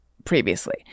previously